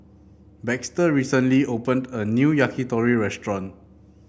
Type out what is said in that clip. Baxter recently opened a new Yakitori Restaurant